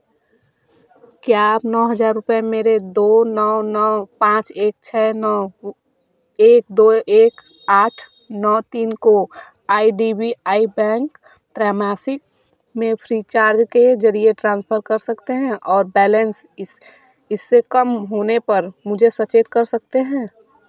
क्या आप नौ हज़ार रुपये मेरे दो नौ नौ पाँच एक छः नौ एक दो एक आठ नौ तीन को I D B I bank त्रैमासिक में फ़्रीचार्ज के ज़रिए ट्रांसफर कर सकते हैं और बैलेंस इस इससे कम होने पर मुझे सचेत कर सकते हैं